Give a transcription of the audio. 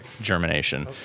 germination